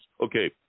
Okay